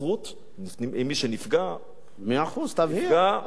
אם מי שנפגע, תבהיר, חשוב להבהיר.